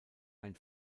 ein